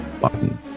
Button